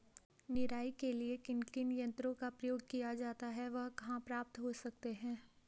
निराई के लिए किन किन यंत्रों का उपयोग किया जाता है वह कहाँ प्राप्त हो सकते हैं?